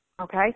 okay